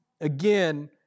again